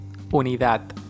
Unidad